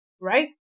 right